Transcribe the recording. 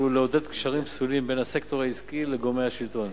עלול לעודד קשרים פסולים בין הסקטור העסקי לגורמי השלטון.